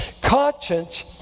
Conscience